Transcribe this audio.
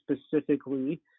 specifically